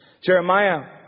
Jeremiah